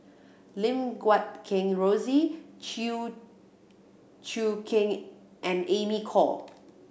Lim Guat Kheng Rosie Chew Choo Keng and Amy Khor